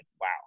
wow